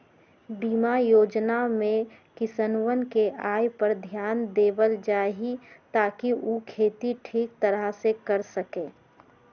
बीमा योजना में किसनवन के आय पर ध्यान देवल जाहई ताकि ऊ खेती ठीक तरह से कर सके